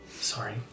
Sorry